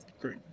Great